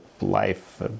life